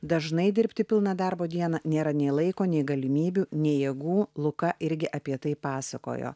dažnai dirbti pilną darbo dieną nėra nei laiko nei galimybių nei jėgų luką irgi apie tai pasakojo